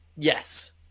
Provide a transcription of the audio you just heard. Yes